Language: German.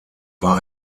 war